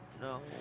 No